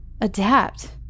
Adapt